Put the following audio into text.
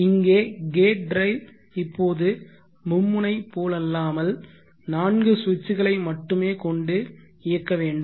இங்கே gate drive இப்போது மும்முனை போலல்லாமல் நான்கு சுவிட்சுகளை மட்டுமே கொண்டு இயக்க வேண்டும்